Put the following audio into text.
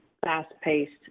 fast-paced